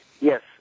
Yes